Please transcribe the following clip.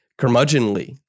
curmudgeonly